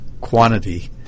quantity